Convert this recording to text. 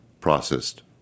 processed